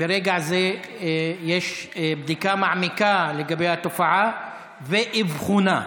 ברגע זה יש בדיקה מעמיקה לגבי התופעה ואבחונה.